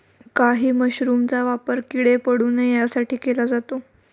काही मशरूमचा वापर किडे पडू नये यासाठी केला जातो